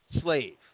slave